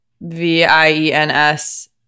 V-I-E-N-S